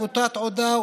אותה תעודה,